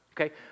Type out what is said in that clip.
Okay